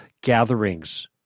gatherings